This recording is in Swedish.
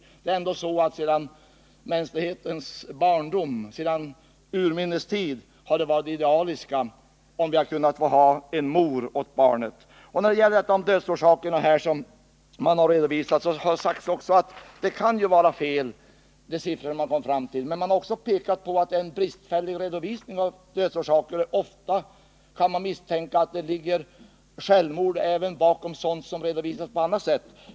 Det är ändå så att sedan mänsklighetens barndom, sedan urminnes tider, har det varit idealiskt om vi kunnat få ha en mor åt barnen. När det gäller dödsorsaken har det sagts att det kan vara felaktiga siffror man kom fram till. Men man har också pekat på att det är en bristfällig redovisning av dödsorsaken. Ofta kan man misstänka att det ligger självmord även bakom sådant som redovisas på annat sätt.